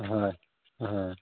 হয় হয়